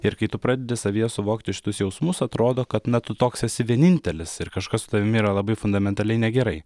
ir kai tu pradedi savyje suvokti šitus jausmus atrodo kad na tu toks esi vienintelis ir kažkas tavimi yra labai fundamentaliai negerai